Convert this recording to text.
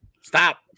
Stop